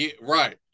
Right